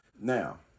Now